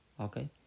Okay